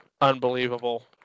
unbelievable